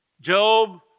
Job